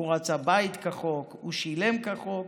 הוא רצה בית כחוק, הוא שילם כחוק